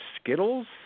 Skittles